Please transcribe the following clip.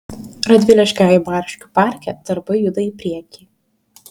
radviliškio eibariškių parke darbai juda į priekį